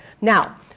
Now